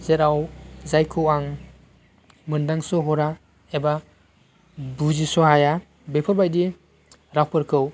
जेराव जायखौ आं मोनदांस' हरा एबा बुजिस' हाया बेफोरबायदि रावफोरखौ